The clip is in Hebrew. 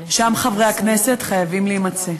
שם חברי הכנסת חייבים להימצא.